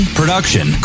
production